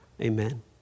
Amen